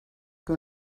que